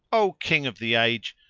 o king of the age,